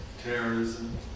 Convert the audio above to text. Terrorism